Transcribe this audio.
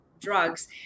drugs